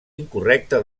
incorrecte